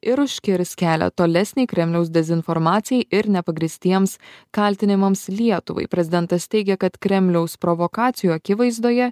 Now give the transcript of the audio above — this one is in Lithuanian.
ir užkirs kelią tolesnei kremliaus dezinformacijai ir nepagrįstiems kaltinimams lietuvai prezidentas teigė kad kremliaus provokacijų akivaizdoje